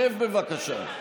שב, בבקשה.